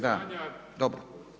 Da, dobro.